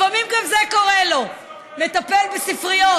לפעמים גם זה קורה לו, לטפל בספריות.